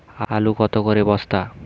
আলু কত করে বস্তা?